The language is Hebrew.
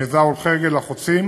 המזהה הולכי רגל החוצים